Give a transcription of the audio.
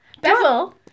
Bevel